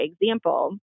example